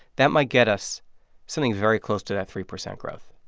that might get us something very close to that three percent growth